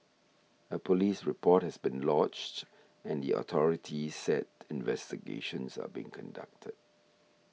a police report has been lodged and the authorities said investigations are being conducted